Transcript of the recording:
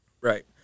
Right